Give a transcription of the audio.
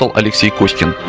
so alexei kozkin.